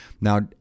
Now